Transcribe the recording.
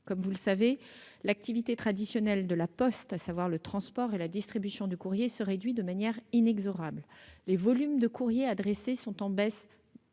Vous le savez, l'activité traditionnelle de La Poste, à savoir le transport et la distribution du courrier, se réduit de manière inexorable. Les volumes de courrier adressés sont en baisse